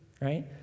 Right